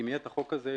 אם יהיה החוק הזה,